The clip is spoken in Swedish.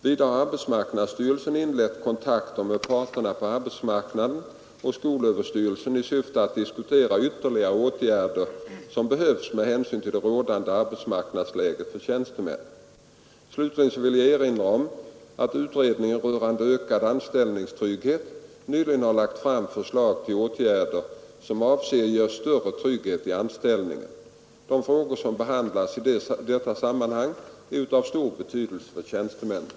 Vidare har arbetsmarknadsstyrelsen inlett kontakter med parterna på arbetsmarknaden och skolöverstyrelsen i syfte att diskutera ytterligare åtgärder som behövs med hänsyn till det rådande arbetsmarknadsläget för tjänstemän. Slutligen vill jag erinra om att utredningen rörande ökad anställningstrygghet nyligen har lagt fram förslag till åtgärder som avses ge större trygghet i anställning. De frågor som behandlas i detta sammanhang är av stor betydelse för tjänstemännen.